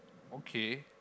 okay